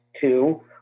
Two